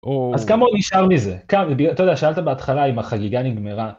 אז כמה עוד נשאר מזה? אתה יודע, שאלת בהתחלה אם החגיגה נגמרה.